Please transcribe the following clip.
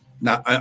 Now